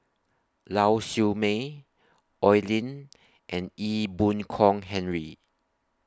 Lau Siew Mei Oi Lin and Ee Boon Kong Henry